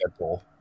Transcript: Deadpool